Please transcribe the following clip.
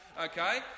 Okay